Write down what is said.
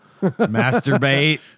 masturbate